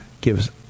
gives